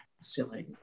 silly